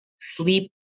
sleep